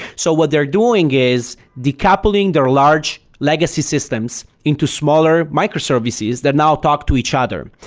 so what they're doing is decoupling their large legacy systems into smaller microservices that now talk to each other.